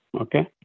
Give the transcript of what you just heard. Okay